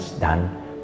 done